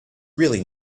really